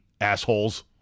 assholes